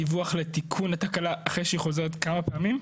דיווח לתיקון התקלה, אחרי שהיא חוזרת כמה פעמים?